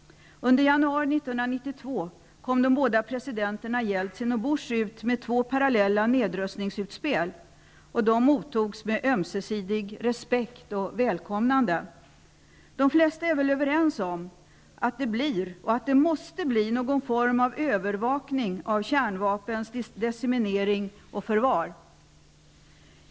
Under januari 1992 kom de båda presidenterna Jeltsin och Bush ut med två parallella nedrustningsutspel. De mottogs med ömsesidig respekt och välkomnande. De flesta är överens om att det blir och att det måste bli någon form av övervakning av kärnvapnens decimering och förvar.